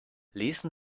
lesen